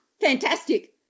fantastic